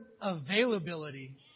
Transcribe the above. availability